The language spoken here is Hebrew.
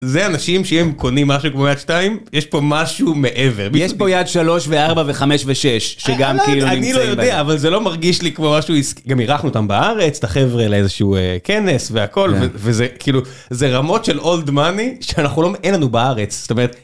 זה אנשים שהם קונים משהו כמו יד שתיים, יש פה משהו מעבר, יש פה יד שלוש וארבע וחמש ושש שגם כאילו, אני לא יודע אבל זה לא מרגיש לי כמו משהו עיסקי, גם אירחנו אותם בארץ את החבר'ה לאיזשהו כנס והכל וזה כאילו, זה רמות של אולד מאני שאנחנו לא, אין לנו בארץ. זתומרת.